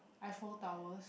eiffel tower's